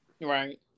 Right